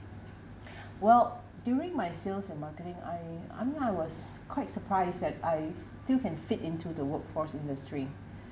well during my sales and marketing I I mean I was quite surprised that I still can fit into the workforce industry